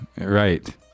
right